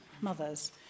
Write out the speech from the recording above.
mothers